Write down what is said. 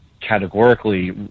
categorically